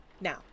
Now